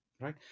Right